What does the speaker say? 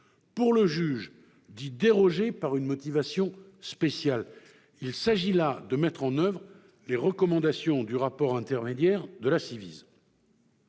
pour le juge d'y déroger par une motivation spéciale. Il s'agit là de mettre en oeuvre les recommandations du rapport intermédiaire de la Ciivise.